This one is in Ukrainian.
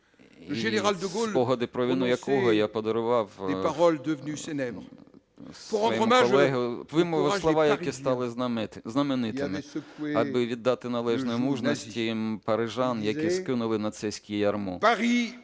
"Спогади про війну" якого я подарував своєму колезі, вимовив слова, які стали знаменитими, аби віддати належне мужності парижан, які скинули нацистське ярмо.